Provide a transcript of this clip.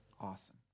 Awesome